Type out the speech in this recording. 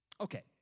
Okay